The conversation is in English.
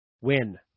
win